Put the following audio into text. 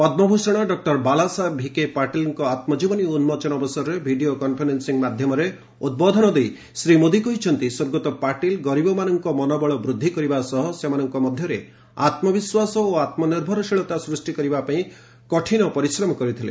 ପଦ୍ମଭୂଷଣ ଡକୁରବାଲାସାହେବ ଭିକେ ପାଟିଲ୍ଙ୍କ ଆତ୍ମଜିବନୀ ଉନ୍ଜୋଚନ ଅବସରରେ ଭିଡିଓ କନ୍ଫରେନସିଂ ମାଧ୍ୟମରେ ଉଦ୍ବୋଧନ ଦେଇ ଶ୍ରୀ ମୋଦି କହିଛନ୍ତି ସ୍ୱର୍ଗତ ପାଟିଲ୍ ଗରିବମାନଙ୍କ ମନୋବଳ ବୃଦ୍ଧି କରିବା ସହ ସେମାନଙ୍କ ମଧ୍ୟରେ ଆତ୍ମବିଶ୍ୱାସ ଓ ଆତ୍ମନିର୍ଭରଶୀଳତା ସୃଷ୍ଟି କରିବା ପାଇଁ କଠିନ ପରିଶ୍ରମ କରିଥିଲେ